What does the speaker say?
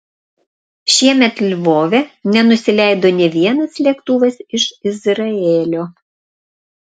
šiemet lvove nenusileido nė vienas lėktuvas iš izraelio